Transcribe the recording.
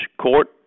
court